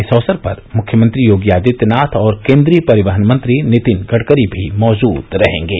इस अवसर पर मुख्यमंत्री योगी आदित्यनाथ और केन्द्रीय परिवहन मंत्री नितिन गड़करी भी मौजूद रहेंगे